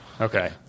Okay